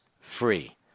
free